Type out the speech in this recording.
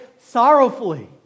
sorrowfully